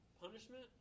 Punishment